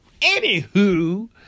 anywho